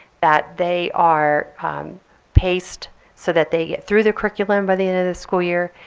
that they are paced so that they get through their curriculum by the end of the school year.